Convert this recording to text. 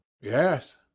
Yes